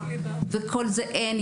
וכל זה אין.